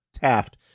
Taft